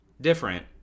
different